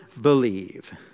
believe